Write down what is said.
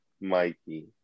Mikey